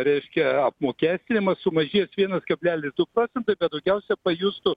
reiškia apmokestinimas sumažės vienas kablelis du procentai bet daugiauia pajustų